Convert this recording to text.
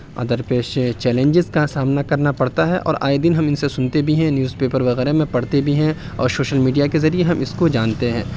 اور درپیش چیلنجز کا سامنا کرنا پڑتا ہے اور آئے دِن ہم اِن سے سُنتے بھی ہیں نیوز پیپر وغیرہ میں پڑھتے بھی ہیں اور شوشل میڈیا کے ذریعہ ہم اِس کو جانتے ہیں